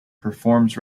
performs